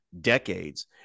decades